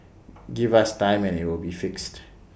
give us time and IT will be fixed